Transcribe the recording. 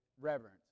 reverence